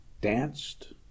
Danced